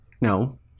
No